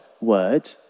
word